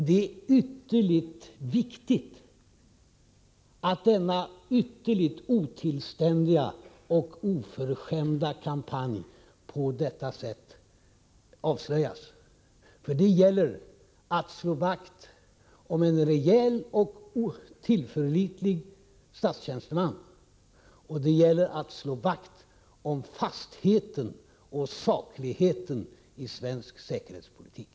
Det är utomordentligt viktigt att denna ytterligt otillständiga och oförskämda kampanj på detta sätt avslöjas, för det gäller att slå vakt om en rejäl och tillförlitlig statstjänsteman, och det gäller att slå vakt om fastheten och sakligheten i svensk säkerhetspolitik.